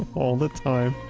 all the time.